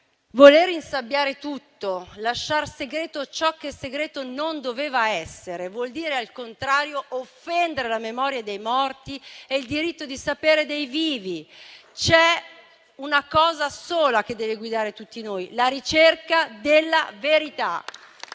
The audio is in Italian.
Voler insabbiare tutto, lasciar segreto ciò che segreto non doveva essere, vuol dire al contrario offendere la memoria dei morti e il diritto di sapere dei vivi. C'è una cosa sola che deve guidare tutti noi: la ricerca della verità.